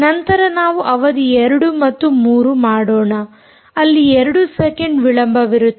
ನಂತರ ನಾವು ಅವಧಿ 2 ಮತ್ತು 3 ಮಾಡೋಣ ಅಲ್ಲಿ 2 ಸೆಕೆಂಡ್ ವಿಳಂಬವಿರುತ್ತದೆ